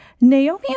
Naomi